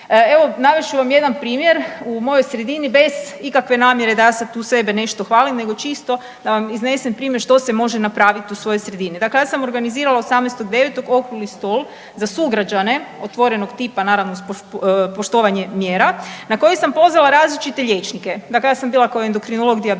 Evo, navest ću vam jedan primjer, u mojoj sredini bez ikakve namjere da ja sad tu sebe nešto hvalim nego čisto da vam iznesem primjer što se može napraviti u svojoj sredini. Dakle, ja sam organizirala 18.9. okrugli stol za sugrađane, otvorenog tipa, naravno uz poštovanje mjera, na koji sam pozvala različite liječnike. Dakle, ja sam bila kao endokrinolog, dijabetolog,